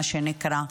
מה שנקרא.